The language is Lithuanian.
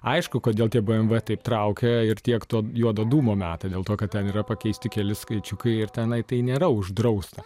aišku kodėl tie bmv taip traukia ir tiek to juodo dūmo metai dėl to kad ten yra pakeisti keli skaičiukai ir tenai tai nėra uždrausta